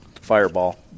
Fireball